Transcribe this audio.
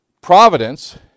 Providence